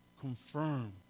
Confirm